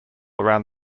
around